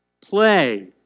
play